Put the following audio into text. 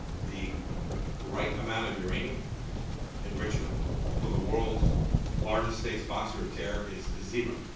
the right amount of uranium enrichment for the world's largest state sponsor of terror is zero.